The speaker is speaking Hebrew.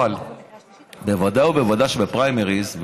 אבל בוודאי ובוודאי שבפריימריז,